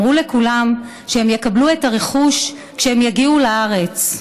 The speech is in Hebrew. אמרו לכולם שהם יקבלו את הרכוש כשהם יגיעו לארץ,